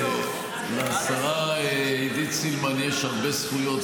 הצביעה פוליטית --- לשרה עידית סילמן יש הרבה זכויות,